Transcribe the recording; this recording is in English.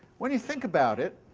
when you think about it,